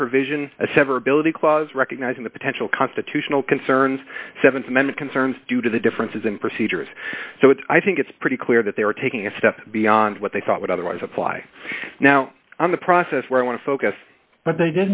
that provision a severability clause recognizing the potential constitutional concerns sevenths many concerns due to the differences in procedures so i think it's pretty clear that they were taking a step beyond what they thought would otherwise apply now on the process where i want to focus but they